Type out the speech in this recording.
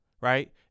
Right